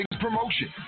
promotion